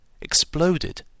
exploded